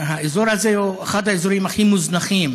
האזור הזה הוא אחד האזורים הכי מוזנחים,